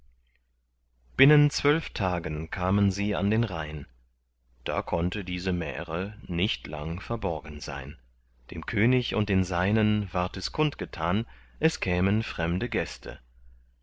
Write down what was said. binnen zwölf tagen kamen sie an den rhein da konnte diese märe nicht lang verborgen sein dem könig und den seinen ward es kund getan es kämen fremde gäste